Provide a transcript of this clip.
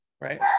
right